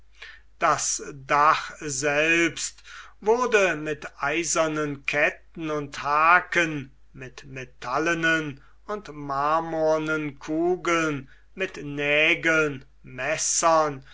das dach selbst wurde mit eisernen ketten und haken mit metallenen und marmornen kugeln mit nägeln messern